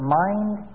mind